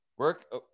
Work